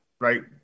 right